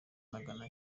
magara